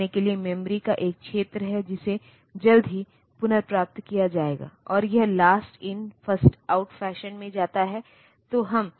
तो जब यह प्रोसेसर कुछ मेमोरी डिवाइस से जुड़ा होता है तो इसे कुछ I O डिवाइस के साथ समान फैशन में भी जोड़ा जा सकता है